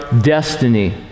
destiny